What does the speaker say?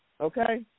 Okay